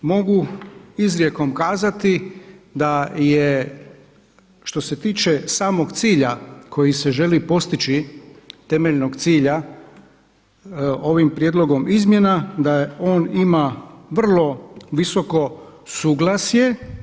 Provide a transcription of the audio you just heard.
Mogu izrijekom kazati da je što se tiče samo cilja koji se želi postići, temeljnog cilja ovim prijedlogom izmjena da on ima vrlo visoko suglasje.